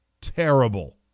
terrible